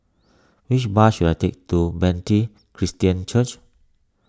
which bus should I take to Bethany Christian Church